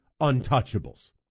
untouchables